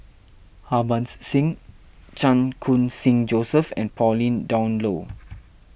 Harbans Singh Chan Khun Sing Joseph and Pauline Dawn Loh